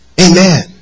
Amen